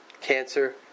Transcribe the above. Cancer